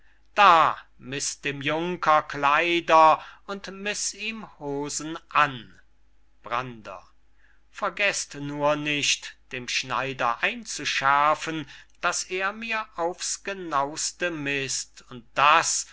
da miß dem junker kleider und miß ihm hosen an brander vergeßt nur nicht dem schneider einzuschärfen daß er mir auf's genauste mißt und daß